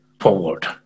forward